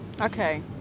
Okay